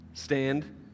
Stand